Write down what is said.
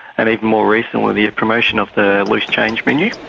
and even more recently the promotion of the loose change menu.